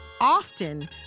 often